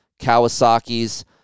Kawasaki's